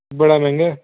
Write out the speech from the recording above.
बड़ा मैहंगा ऐ